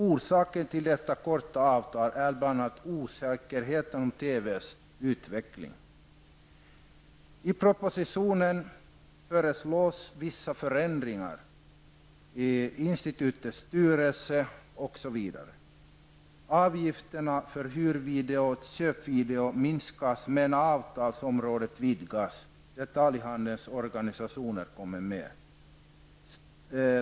Orsaken till detta korta avtal är bl.a. osäkerheten om TVs utveckling. I propositionen föreslås vissa förändringar av institutets styrelse. Avgifterna för hyrvideo och köpvideo minskas, men avtalsområdet vidgas. Detaljhandelns organisationer kommer med.